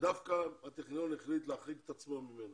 שדווקא הטכניון החליט להחריג את עצמו ממנה.